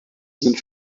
sind